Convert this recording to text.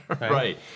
Right